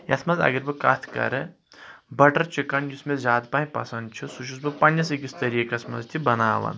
یَتھ منٛز اگر بہٕ کتھ کرٕ بٹر چِکن یس مےٚ زیادٕ پہم پسند چھ سہ چھس بہٕ پننس اکس طریقس منٛز تہِ بناوان